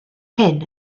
hyn